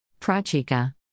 Prachika